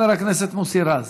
חבר הכנסת מוסי רז.